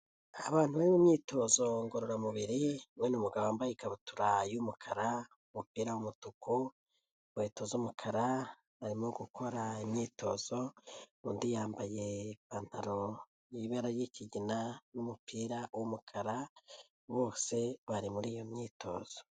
Abantu bari mu myitozo ngororamubiri, umwe ni umugabo wambaye ikabutura y'umukara, umupira w'umutuku inkweto z'umukara, arimo gukora imyitozo, undi yambaye ipantaro y'ibara ry'ikigina n'umupira w'umukara, bose bari muri iyo myitozo.